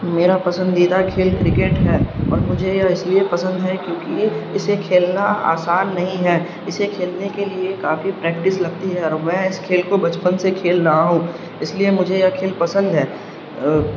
میرا پسندیدہ کھیل کرکٹ ہے اور مجھے یہ اس لیے پسند ہے کیونکہ اسے کھیلنا آسان نہیں ہے اسے کھیلنے کے لیے کافی پریکٹس لگتی ہے اور میں اس کھیل کو بچپن سے کھیل رہا ہوں اس لیے مجھے یہ کھیل پسند ہے